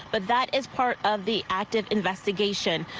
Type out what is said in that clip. but that is part of the active investigation.